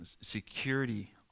security